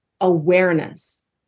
awareness